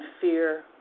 fear